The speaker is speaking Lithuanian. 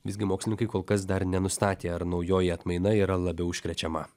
visgi mokslininkai kol kas dar nenustatė ar naujoji atmaina yra labiau užkrečiama